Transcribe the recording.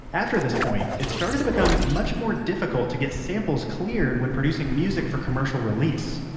after this point, it started to become much more difficult to get samples cleared when producing music for commercial release.